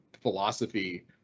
philosophy